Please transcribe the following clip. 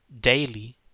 Daily